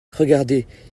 regardez